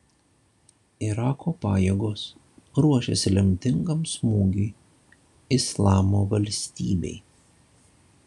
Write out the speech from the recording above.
irako pajėgos ruošiasi lemtingam smūgiui islamo valstybei